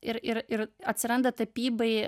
ir ir ir atsiranda tapybai